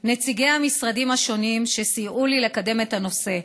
נציגי המשרדים השונים שסייעו לי לקדם את הנושא.